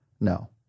no